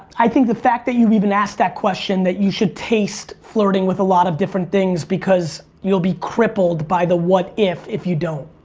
i think the fact that you even asked that question that you should taste flirting with a lot of different things because you'll be crippled by the what if if you don't,